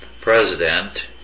president